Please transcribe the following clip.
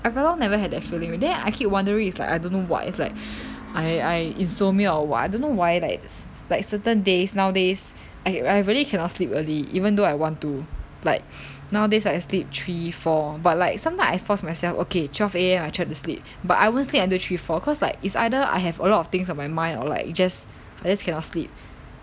I very long never had that feeling already then I keep wondering is like I don't know what is like I I insomnia or what I don't know why like like certain days nowadays I I really cannot sleep early even though I want to like nowadays I sleep three four but like sometimes I force myself okay twelve A_M I try to sleep but I won't sleep until three four cause like is either I have a lot of things on my mind or like just I just cannot sleep